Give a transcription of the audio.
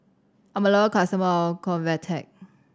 I'm a local customer of Convatec